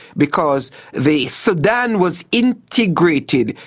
because the sudan was integrated.